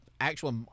actual